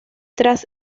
tras